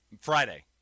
Friday